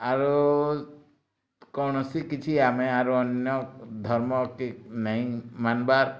ଆରୁ କୌଣସି କିଛି ଆମେ ଆରୁ ଅନ୍ୟ ଧର୍ମ କି ନାଇଁ ମାନ୍ବାର୍